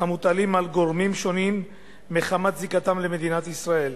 המוטלים על גורמים שונים מחמת זיקתם למדינת ישראל.